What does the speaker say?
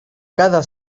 cada